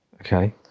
Okay